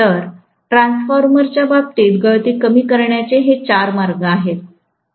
तर ट्रान्सफॉर्मर च्या बाबतीत गळती कमी करण्याचे हे चार मार्ग आहेत ठीक